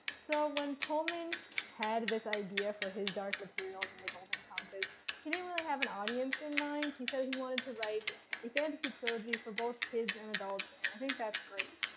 so when pullman had this idea for his dark materials and the golden compass he didn't really have an audience in mind. he said he wanted to write a fantasy trilogy for both kids and adults, and i think that's great,